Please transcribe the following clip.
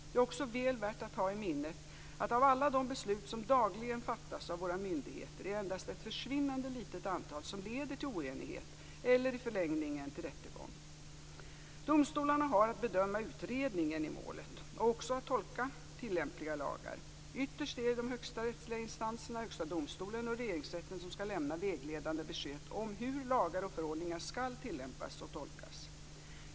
Det är också väl värt att ha i minnet att av alla de beslut som dagligen fattas av våra myndigheter är det endast ett försvinnande litet antal som leder till oenighet eller i förlängningen till rättegång. Domstolarna har att bedöma utredningen i målet och också att tolka tillämpliga lagar. Ytterst är det de högsta rättsliga instanserna, Högsta domstolen och Regeringsrätten, som skall lämna vägledande besked om hur lagar och förordningar skall tillämpas och tolkas.